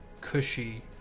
cushy